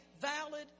valid